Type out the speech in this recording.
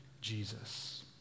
Jesus